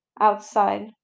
outside